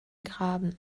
graben